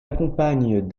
accompagne